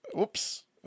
Oops